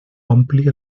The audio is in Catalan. ompli